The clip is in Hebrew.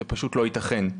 זה פשוט לא יתכן.